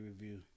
Review